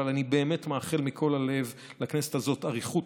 אבל אני באמת מאחל מכל הלב לכנסת הזאת אריכות